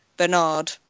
Bernard